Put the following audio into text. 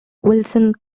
wilson